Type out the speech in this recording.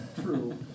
true